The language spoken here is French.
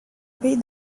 pays